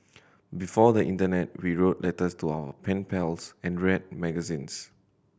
before the internet we wrote letters to our pen pals and read magazines